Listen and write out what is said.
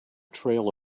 trail